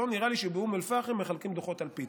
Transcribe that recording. לא נראה לי שבאום אל-פחם מחלקים דוחות על פיתות.